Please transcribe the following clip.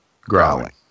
Growling